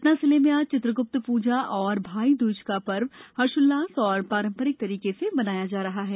सतना जिले में आज चित्रग्प्त प्जा ओर भाई दोज का पर्व हर्षोल्लास औरत पारंपरिक तरीके से मनाया जा रहा है